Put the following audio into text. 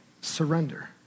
Surrender